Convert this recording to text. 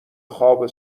خواب